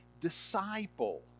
disciple